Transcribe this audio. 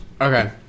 okay